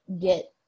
get